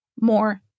more